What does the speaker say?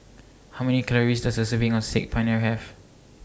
How Many Calories Does A Serving of Saag Paneer Have